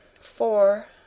Four